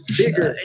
bigger